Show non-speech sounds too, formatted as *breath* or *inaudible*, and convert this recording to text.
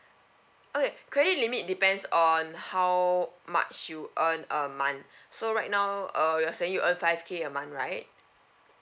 okay credit limit depends on how much you earn a month *breath* so right now uh you're saying you earn five K a month right